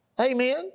Amen